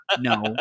no